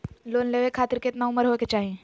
Loan लेवे खातिर केतना उम्र होवे चाही?